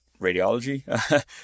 radiology